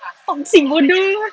toxic bodoh